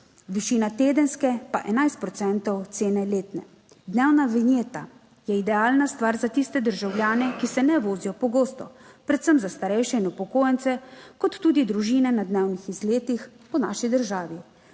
višina tedenske pa 11 procentov cene letne. Dnevna vinjeta je idealna stvar za tiste državljane, ki se ne vozijo pogosto, predvsem za starejše in upokojence, kot tudi družine na dnevnih izletih v naši državi.